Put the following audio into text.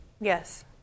Yes